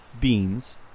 beans